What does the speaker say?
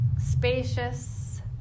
spacious